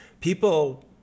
people